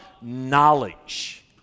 knowledge